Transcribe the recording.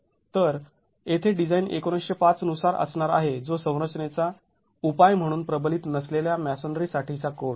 तर येथे डिझाईन १९०५ नुसार असणार आहे जो संरचनेचा उपाय म्हणून प्रबलित नसलेल्या मॅसोनरीसाठीचा कोड